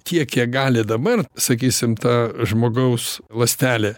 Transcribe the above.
tiek kiek gali dabar sakysim ta žmogaus ląstelė